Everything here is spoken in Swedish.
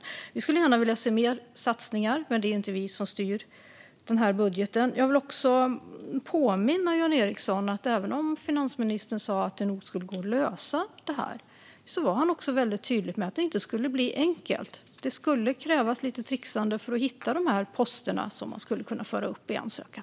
Vi i Vänsterpartiet skulle gärna se mer satsningar, men det är ju inte vi som styr den här budgeten. Jag vill också påminna Jan Ericson om en sak. Även om finansministern sa att det nog skulle gå att lösa detta var han väldigt tydlig med att det inte skulle bli enkelt; det skulle krävas lite trixande för att hitta de poster som man skulle kunna föra upp i ansökan.